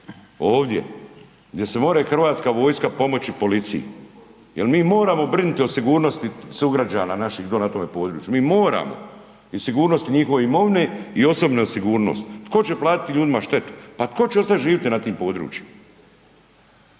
ovdje gdje se more Hrvatska vojska pomoći policiji jer mi moramo brinuti o sigurnosti sugrađana naših dolje na tome području. Mi moramo i sigurnosti njihove imovine i osobnu sigurnost. Tko će platiti ljudima štetu, pa tko će ostati živjeti na tim područjima?